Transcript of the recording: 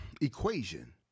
equation